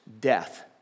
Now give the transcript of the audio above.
death